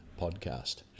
podcast